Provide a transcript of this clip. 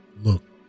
Look